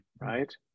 right